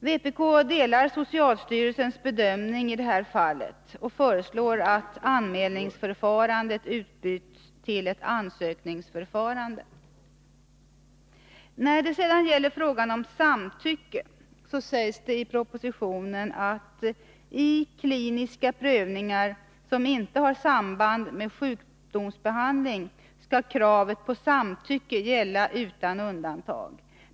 Vpk delar socialstyrelsens bedömning i detta fall och föreslår att anmälningsförfarandet utbyts till ett ansökningsförfarande. När det sedan gäller frågan om samtycke sägs det i propositionen att i kliniska prövningar, som inte har samband med sjukdomsbehandling, skall kravet på samtycke gälla utan undantag.